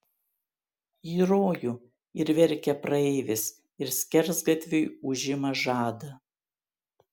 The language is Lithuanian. į rojų ir verkia praeivis ir skersgatviui užima žadą